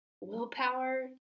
willpower